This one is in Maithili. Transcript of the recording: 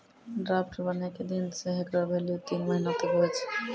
ड्राफ्ट बनै के दिन से हेकरो भेल्यू तीन महीना तक हुवै छै